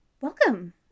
welcome